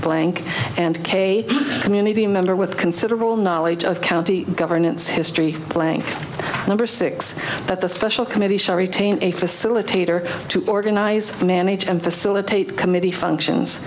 blank and k community member with considerable knowledge of county governance history playing number six but the special committee shall retain a facilitator to organize manage and facilitate committee functions